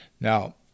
Now